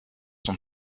sont